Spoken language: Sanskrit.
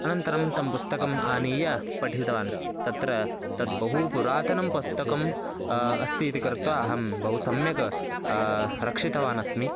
अनन्तरं तत् पुस्तकम् आनीय पठितवान् तत्र तद् बहु पुरातनं पुस्तकम् अस्ति इति कृत्वा अहं बहु सम्यक् रक्षितवान् अस्मि